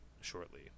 shortly